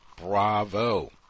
Bravo